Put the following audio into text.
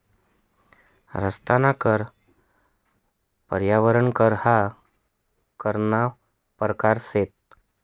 रस्ताना कर, पर्यावरण कर ह्या करना परकार शेतंस